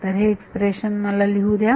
तर हे एक्सप्रेशन मला लिहू द्या